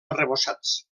arrebossats